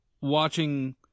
watching